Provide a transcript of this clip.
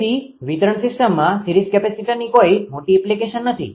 તેથી વિતરણ સીસ્ટમમાં સીરીઝ કેપેસિટરની કોઈ મોટી એપ્લિકેશન નથી